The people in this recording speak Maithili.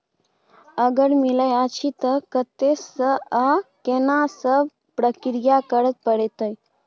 अगर मिलय अछि त कत्ते स आ केना सब प्रक्रिया करय परत?